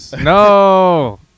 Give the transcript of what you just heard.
No